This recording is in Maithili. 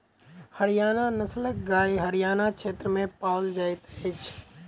हरयाणा नस्लक गाय हरयाण क्षेत्र में पाओल जाइत अछि